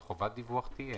אבל חובת דיווח תהיה.